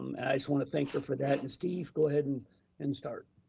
um and i just wanna thank her for that, and steve, go ahead and and start.